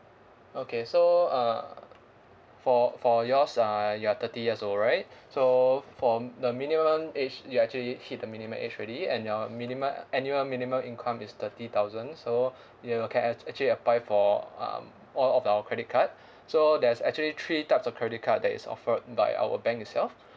okay so uh for for yours ah you are thirty years old right so for the minimum age you actually hit the minimum age already and your minimum annual minimum income is thirty thousand so you can a~ actually apply for um all of our credit card so there's actually three types of credit card that is offered by our bank itself